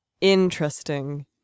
interesting